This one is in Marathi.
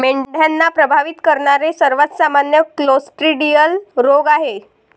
मेंढ्यांना प्रभावित करणारे सर्वात सामान्य क्लोस्ट्रिडियल रोग आहेत